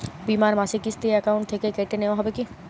বিমার মাসিক কিস্তি অ্যাকাউন্ট থেকে কেটে নেওয়া হবে কি?